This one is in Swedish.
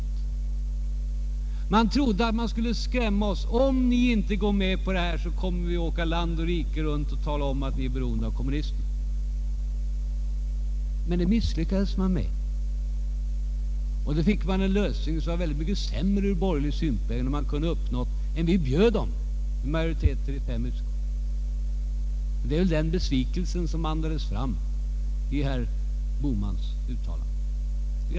Man trodde sig kunna skrämma oss med att ”om ni inte går med på detta, så kommer vi att resa land och rike runt och tala om att ni är beroende av kommunisterna”. Det lyckades de borgerliga dock inte med. Och så fick man i stället en lösning som var ofantligt mycket sämre från borgerlig synpunkt än vad man skulle ha uppnått med vad vi erbjöd, alltså majoritet i fem utskott. Det var väl den besvikelsen som nu kom fram i herr Bohmans anförande.